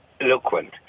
eloquent